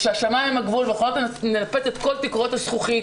שהשמיים הם הגבול ושהן יכולות לנפץ את כל תקרות הזכוכית.